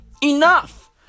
Enough